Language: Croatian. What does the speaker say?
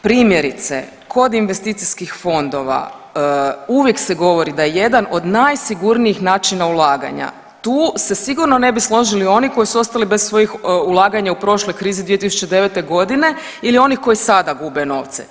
Primjerice, kod investicijskih fondova uvijek se govori da je jedan od najsigurnijih načina ulaganja, tu se sigurno ne bi složili oni koji su ostali bez svojih ulaganja u prošloj krizi 2009. godine ili oni koji sada gube novce.